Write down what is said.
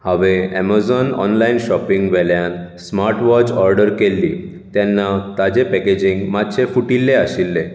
हांवे Amazon online shopping वेल्यान smart watch order केल्ली तेन्ना ताचे पॅकेजींग मातशें फुटिल्ले आशिल्लें